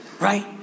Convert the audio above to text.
Right